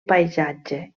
paisatge